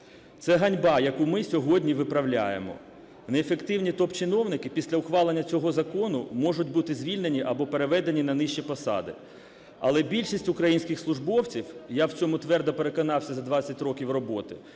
Це ганьба, яку ми сьогодні виправляємо. Неефективні топ-чиновники після ухвалення цього закону можуть бути звільнені або переведені на нижчі посади. Але більшість українських службовців, я в цьому твердо переконався за 20 років роботи,